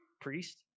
priest